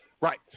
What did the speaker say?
Right